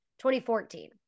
2014